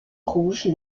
rouge